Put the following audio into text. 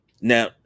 Now